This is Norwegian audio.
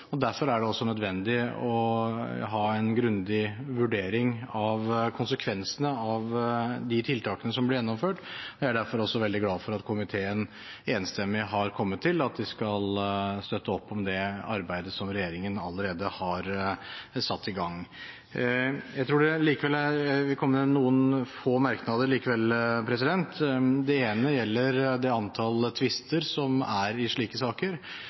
Derfor er det også nødvendig å ha en grundig vurdering av konsekvensene av de tiltakene som blir gjennomført. Jeg er derfor også veldig glad for at komiteen enstemmig har kommet til at den skal støtte opp om det arbeidet som regjeringen allerede har satt i gang. Jeg vil likevel komme med noen få merknader. Det ene gjelder det antall tvister som er i slike saker.